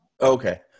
Okay